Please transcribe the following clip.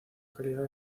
calidad